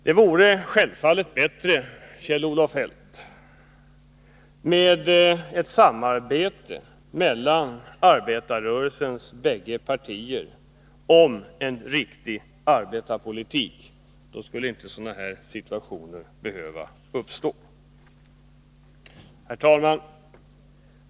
Det vore självfallet bättre, Kjell-Olof Feldt, med ett samarbete mellan arbetarrörelsens bägge partier om en riktig arbetarpolitik — då skulle inte sådana här situationer behöva uppstå. Herr talman!